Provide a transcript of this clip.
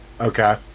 Okay